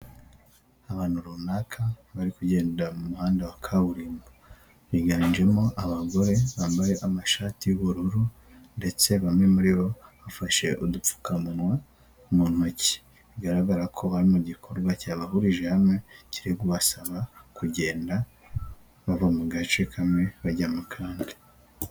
Abantu runaka bari kugenda mu muhanda wa kaburimbo biganjemo abagore bambaye amashati y'ubururu ndetse bamwe muri bo bafashe udupfukamunwa mu ntoki bigaragara ko bari m'igikorwa cyabahurije hamwe kiri kubasaba kugenda bava mu gace kamwe bajya mu kandi.